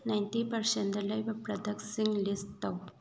ninety ꯄꯥꯔꯁꯦꯟꯗ ꯂꯩꯕ ꯄ꯭ꯔꯗꯛꯁꯤꯡ ꯂꯤꯁ ꯇꯧ